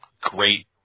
great